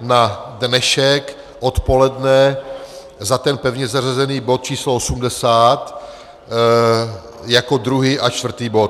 na dnešek odpoledne za ten pevně zařazený bod č. 80 jako druhý až čtvrtý bod.